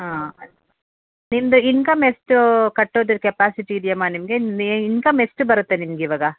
ಹಾಂ ನಿಮ್ಮದು ಇನ್ಕಮ್ ಎಷ್ಟು ಕಟ್ಟೋದರ ಕ್ಯೆಪಾಸಿಟಿ ಇದೀಯಮ್ಮಾ ನಿಮಗೆ ಇನ್ಕಮ್ ಎಷ್ಟು ಬರುತ್ತೆ ನಿಮ್ಗೆ ಇವಾಗ